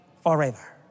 forever